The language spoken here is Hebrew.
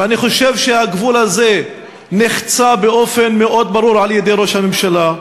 ואני חושב שהגבול הזה נחצה באופן מאוד ברור על-ידי ראש הממשלה.